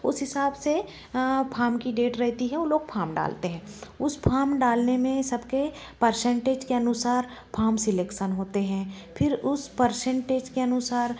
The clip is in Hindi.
उस हिसाब से फाम की डेट रहती है वो लोग फाम डालते हैं उस फाम डालने में सबके परसेंटेज के अनुसार फाम सिलेक्शन होते हैं फिर उस परसेंटेज के अनुसार